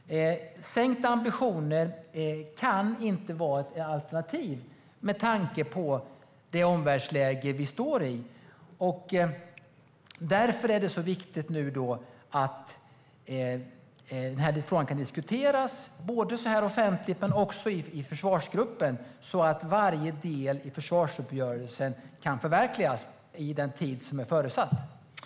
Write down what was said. Sänkt ambition kan inte vara ett alternativ med tanke på det omvärldsläge vi har. Därför är det viktigt att denna fråga kan diskuteras både offentligt och i försvarsgruppen så att varje del i försvarsuppgörelsen kan förverkligas inom den tid som satts upp.